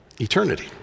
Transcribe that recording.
eternity